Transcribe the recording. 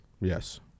Yes